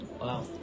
Wow